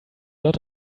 lot